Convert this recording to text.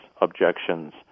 objections